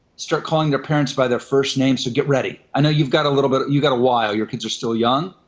start calling their parents by their first name. so, get ready. i know you've got a little but you've got a while. your kids are still young.